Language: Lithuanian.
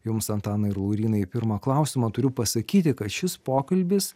jums antanai ir laurynai pirmą klausimą turiu pasakyti kad šis pokalbis